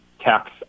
tax